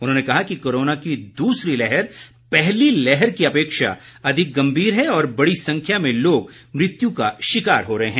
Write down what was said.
उन्होंने कहा कि कोरोना की दूसरी लहर पहली लहर की अपेक्षा अधिक गंभीर है और बड़ी संख्या में लोग मृत्यु का शिकार हो रहे हैं